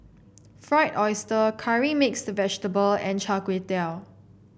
Fried Oyster Curry Mixed Vegetable and Char Kway Teow